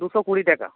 দুশো কুড়ি টাকা